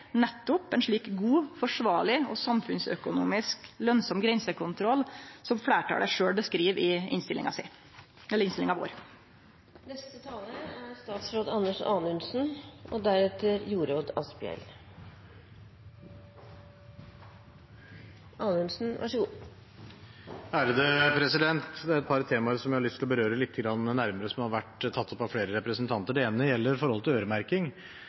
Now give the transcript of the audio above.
nettopp ein slik god, forsvarleg og samfunnsøkonomisk lønsam grensekontroll som fleirtalet sjølv beskriv i innstillinga vår. Det er et par temaer jeg har lyst til å berøre lite grann nærmere, som har vært tatt opp av flere representanter. Det ene gjelder